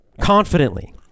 confidently